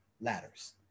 Ladders